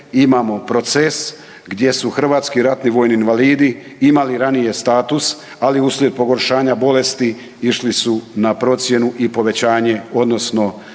imamo proces gdje su HRVI imali ranije status ali uslijed pogoršanja bolesti, išli su na procjenu i povećanje odnosno